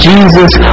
Jesus